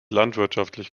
landwirtschaftlich